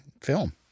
film